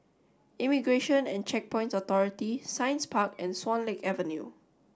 Immigration and Checkpoints Authority Science Park and Swan Lake Avenue